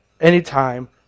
anytime